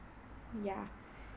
ya